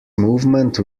movement